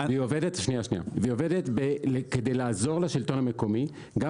היא עובדת כדי לעבוד לשלטון המקומי גם